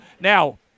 Now